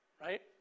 right